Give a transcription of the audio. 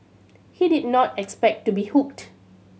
he did not expect to be hooked